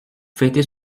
fêter